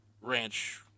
ranch